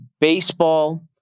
baseball